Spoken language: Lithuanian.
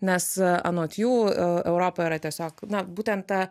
nes anot jų europa yra tiesiog na būtent ta